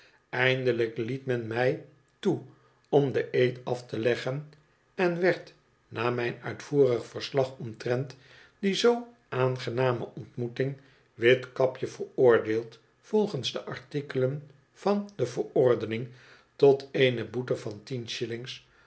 eindelijk liet men mij toe om den eed af te leggen en werd na mijn uitvoerig verslag omtrent die zoo aangename ontmoeting witkapje veroordeeld volgens de artikelen van de verordening tot eene boete van tien